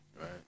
Right